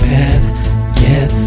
Get